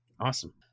awesome